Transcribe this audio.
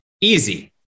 easy